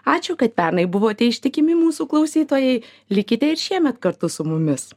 ačiū kad pernai buvote ištikimi mūsų klausytojai likite ir šiemet kartu su mumis